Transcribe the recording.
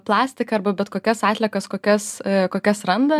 plastiką arba bet kokias atliekas kokias kokias randa